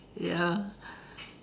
ya